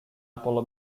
apollo